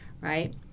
right